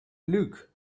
luke